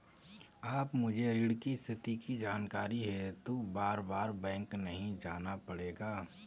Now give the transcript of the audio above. अब मुझे ऋण की स्थिति की जानकारी हेतु बारबार बैंक नहीं जाना पड़ेगा